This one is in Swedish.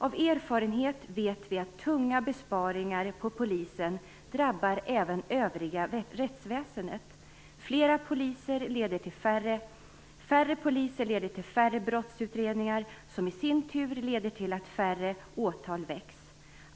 Av erfarenhet vet vi att tunga besparingar på Polisen även drabbar det övriga rättsväsendet. Färre poliser leder till färre brottsutredningar, som i sin tur leder till att färre åtal väcks.